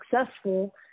successful